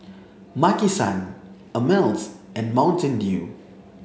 Maki San Ameltz and Mountain Dew